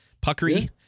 puckery